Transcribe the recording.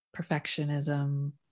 Perfectionism